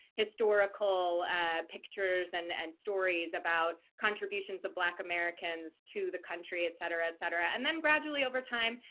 historical pictures and and stories about contributions of black americans to the country, et cetera, et cetera. and then, gradually over time,